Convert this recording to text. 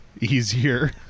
easier